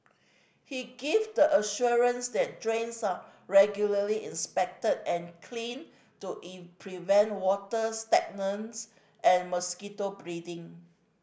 he gave the assurance that drains are regularly inspected and cleaned to prevent water stagnation and mosquito breeding